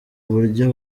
buryo